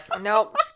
Nope